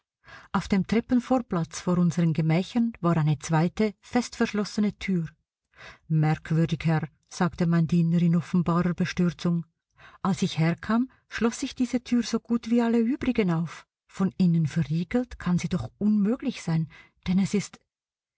auf dem treppenvorplatz vor unseren gemächern war eine zweite festverschlossene tür merkwürdig herr sagte mein diener in offenbarer bestürzung als ich herkam schloß ich diese türe so gut wie alle übrigen auf von innen verriegelt kann sie doch unmöglich sein denn es ist